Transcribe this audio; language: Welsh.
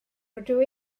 rydw